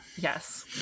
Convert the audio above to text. Yes